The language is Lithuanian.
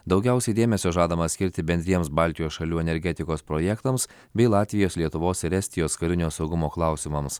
daugiausiai dėmesio žadama skirti bendriems baltijos šalių energetikos projektams bei latvijos lietuvos ir estijos karinio saugumo klausimams